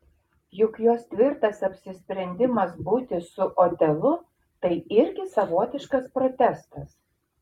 juk jos tvirtas apsisprendimas būti su otelu tai irgi savotiškas protestas